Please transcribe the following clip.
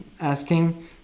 asking